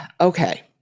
Okay